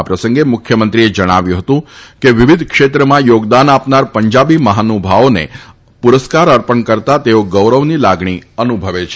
આ પ્રસંગે મુખ્યમંત્રીએ જણાવ્યું હતું કે વિવિધ ક્ષેત્રમાં યોગદાન આપનાર પંજાબી મહાનુભાવોને પુરસ્કાર અર્પણ કરતા તેઓ ગૌરવની લાગણી અનુભવે છે